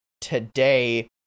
today